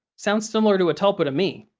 sounds similar to a tulpa to me.